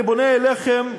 אני פונה אליכם,